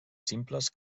simples